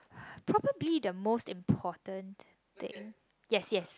probably the most important thing yes yes